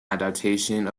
adaptation